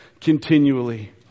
continually